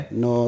no